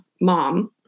mom